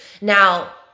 Now